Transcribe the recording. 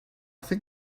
think